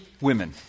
women